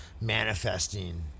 manifesting